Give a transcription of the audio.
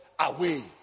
away